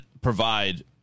provide